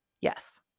Yes